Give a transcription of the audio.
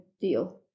deal